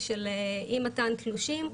אי מתן תלושים.